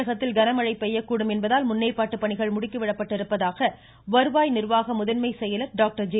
தமிழகத்தில் கனமழை பெய்யக்கூடும் என்பதால் முன்னேற்பாட்டு பணிகள் முடுக்கி விடப்பட்டிருப்பதாக வருவாய் நிர்வாக முதன்மை செயலர் டாக்டர் ஜெ